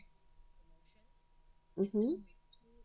mmhmm